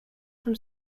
from